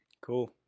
cool